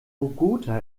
bogotá